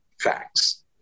facts